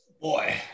Boy